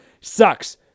Sucks